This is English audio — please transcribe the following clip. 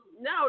No